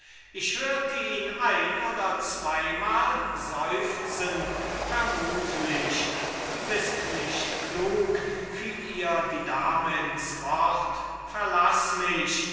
ich hörte ihn ein oder zweimal seufzen vermutlich du bist nicht klug fiel ihr die dame ins wort verlaß mich